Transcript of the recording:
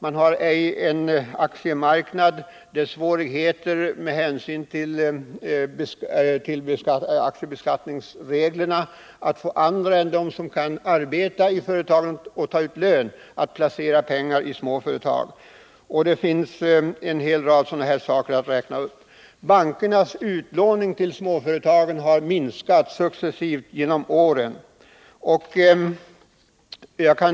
De har inte någon aktiemarknad, och det är också svårigheter med tanke på aktiebeskattningsreglerna att få andra än dem som kan arbeta i företagen att placera pengar i dessa. Man kunde räkna upp ännu fler sådana här saker. Bankernas utlåning till småföretagen har successivt minskat under årens lopp.